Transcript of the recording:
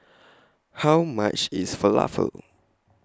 How much IS Falafel